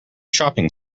shopping